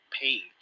page